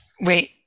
wait